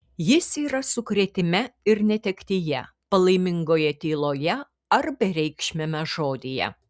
jis yra sukrėtime ir netektyje palaimingoje tyloje ar bereikšmiame žodyje